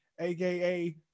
aka